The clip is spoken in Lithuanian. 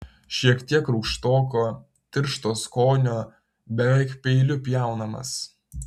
šiek tiek rūgštoko tiršto skonio beveik peiliu pjaunamas